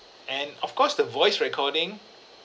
and of course the voice recording